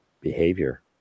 behavior